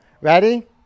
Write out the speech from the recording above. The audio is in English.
Ready